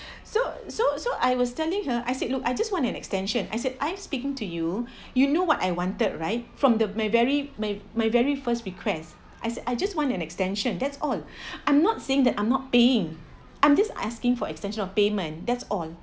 so so so I was telling her I said look I just want an extension I said I'm speaking to you you know what I wanted right from the my very my my very first requests I I just want an extension that's all I'm not saying that I'm not paying I'm just asking for extension of payment that's all